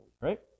right